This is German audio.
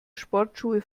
sportschuhe